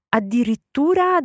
addirittura